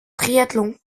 triathlon